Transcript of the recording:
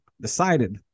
decided